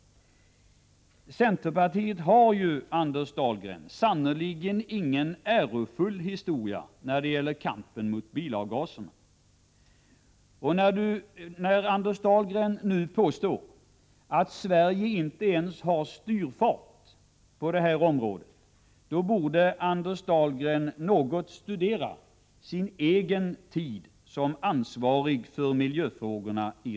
Centerpartiet har, Anders Dahlgren, sannerligen ingen ärofull historia när det gäller kampen mot bilavgaser. När Anders Dahlgren nu påstår att Sverige inte ens har styrfart på detta område, borde han något studera vad som hände under hans egen tid i regeringsställning som ansvarig för miljöfrågorna.